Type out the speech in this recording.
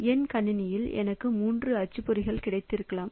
என் கணினியில் எனக்கு மூன்று அச்சுப்பொறிகள் கிடைத்திருக்கலாம்